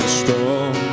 strong